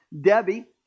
Debbie